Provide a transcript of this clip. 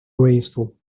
graceful